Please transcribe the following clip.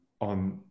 on